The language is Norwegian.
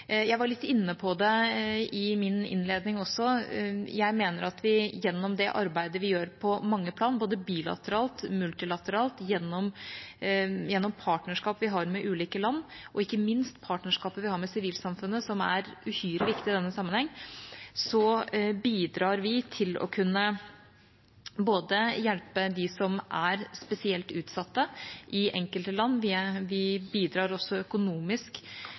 var jeg litt inne på det i min innledning også. Jeg mener at gjennom det arbeidet vi gjør på mange plan – både bilateralt, multilateralt gjennom partnerskap vi har med ulike land, og ikke minst partnerskapet vi har med sivilsamfunnet, som er uhyre viktig i denne sammenhengen – bidrar vi til å kunne hjelpe dem som er spesielt utsatte i enkelte land. Vi bidrar også økonomisk